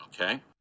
Okay